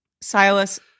Silas